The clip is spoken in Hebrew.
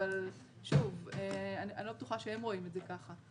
אבל אני לא בטוחה שהם רואים את זה ככה.